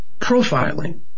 Profiling